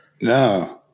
No